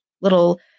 little